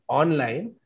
online